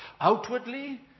outwardly